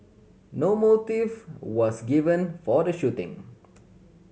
no motive was given for the shooting